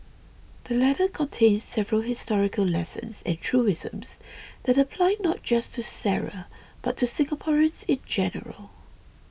the letter contains several historical lessons and truisms that apply not just to Sara but to Singaporeans in general